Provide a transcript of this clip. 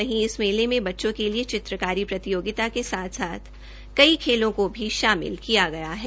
वहीं इस मेले में बच्चों के लिए चित्रकारी प्रतियोगिता के साथ साथ कई खेलों को भी शामिल किया गया है